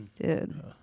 Dude